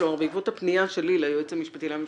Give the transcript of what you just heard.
בעקבות הפניה שלי ליועץ המשפטי לממשלה,